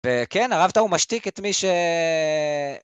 וכן, הרב טאו משתיק את מי ש...